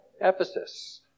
Ephesus